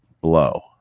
blow